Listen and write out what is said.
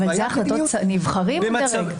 אבל זה החלטות נבחרים או דרג?